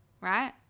right